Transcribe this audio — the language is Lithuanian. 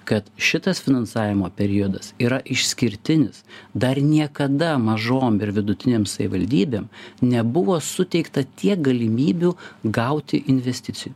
kad šitas finansavimo periodas yra išskirtinis dar niekada mažom ir vidutinėm savivaldybėm nebuvo suteikta tiek galimybių gauti investicijų